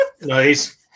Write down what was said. Nice